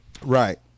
Right